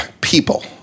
people